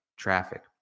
Traffic